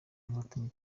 inkotanyi